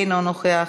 אינו נוכח,